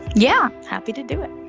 yeah happy to do it.